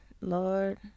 Lord